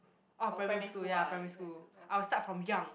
oh primary school ya primary school I will start from young